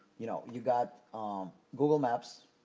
you know, you got google maps.